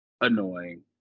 annoying